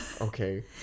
Okay